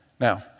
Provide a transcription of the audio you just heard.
Now